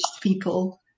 people